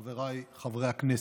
חבריי חברי הכנסת.